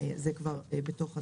כבר בתוך הדרך.